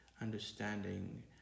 understanding